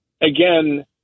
again